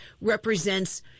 represents